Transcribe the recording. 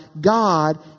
God